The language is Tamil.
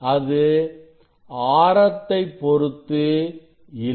அது ஆரத்தை பொருத்து இல்லை